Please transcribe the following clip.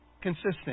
Consistent